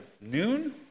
noon